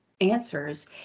answers